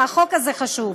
והחוק הזה חשוב.